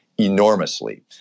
Enormously